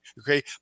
Okay